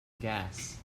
gas